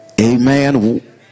amen